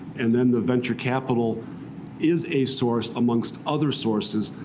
and then the venture capital is a source, amongst other sources,